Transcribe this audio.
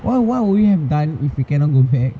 what what would you have done if we cannot go back